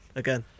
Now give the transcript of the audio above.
again